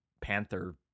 panther